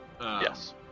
Yes